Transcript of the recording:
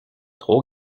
trop